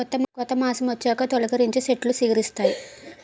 కొత్త మాసమొచ్చాక తొలికరించి సెట్లు సిగిరిస్తాయి